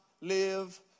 live